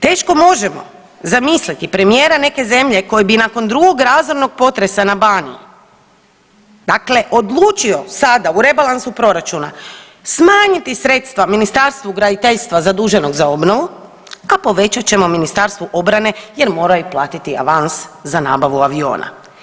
Teško možemo zamisliti premijera neke zemlje koji bi nakon drugog razornog potresa na Baniji, dakle odlučio sada u rebalansu proračuna smanjiti sredstva Ministarstvu graditeljstva zaduženog za obnovu, a povećat ćemo Ministarstvu obrane jer moraju platiti avans za nabavu aviona.